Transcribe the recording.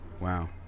Wow